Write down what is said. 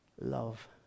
Love